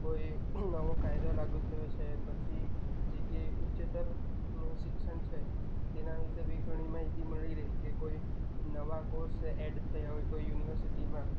કોઈ નવો કાયદો લાગુ થયો છે પછી જે કે ઉચ્ચતર ને શિક્ષણ છે તેના વિશે બી ઘણી માહિતી મળી રહે કે કોઈ નવા કોર્સ એડ થયા હોય કોઈ યુનિવર્સિટીમાં